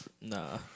Nah